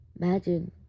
Imagine